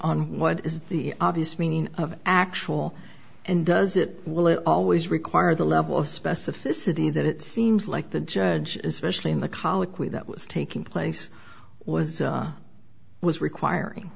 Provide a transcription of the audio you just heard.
on what is the obvious meaning of actual and does it will it always require the level of specificity that it seems like the judge especially in the colloquy that was taking place was was requiring